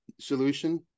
solution